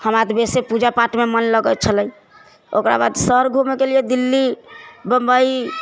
हमरा तऽ बेसी पूजा पाठमे मन लगै छलै ओकरा बाद शहर घूमेके लिए दिल्ली बम्बइ